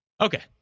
Okay